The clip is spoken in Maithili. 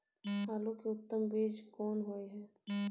आलू के उत्तम बीज कोन होय है?